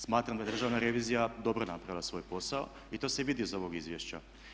Smatram da je Državna revizija dobro napravila svoj posao i to se vidi iz ovog izvješća.